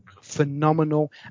phenomenal